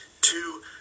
two